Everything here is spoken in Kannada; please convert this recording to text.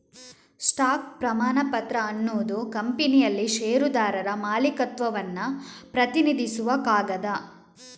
ಸ್ಟಾಕ್ ಪ್ರಮಾಣಪತ್ರ ಅನ್ನುದು ಕಂಪನಿಯಲ್ಲಿ ಷೇರುದಾರರ ಮಾಲೀಕತ್ವವನ್ನ ಪ್ರತಿನಿಧಿಸುವ ಕಾಗದ